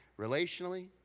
relationally